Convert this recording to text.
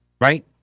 right